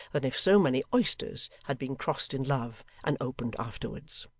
than if so many oysters had been crossed in love and opened afterwards.